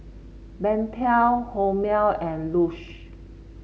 Pentel Hormel and Lush